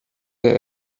der